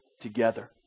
together